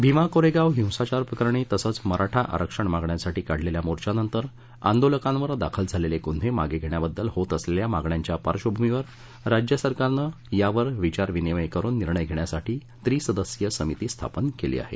भीमा कोरेगाव हिंसाचार प्रकरणी तसंच मराठा आरक्षण मागण्यासांठी काढलेल्या मोर्चा नंतर आंदोलकांवर दाखल झालेले गुन्हे मागे घेण्याबद्दल होत असलेल्या मागण्यांच्या पार्श्वभूमीवर राज्य सरकारनं यावर विचारविनिमय करुन निर्णय घेण्यासाठी त्रिसदस्यीय समिती स्थापन केली आहे